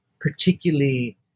particularly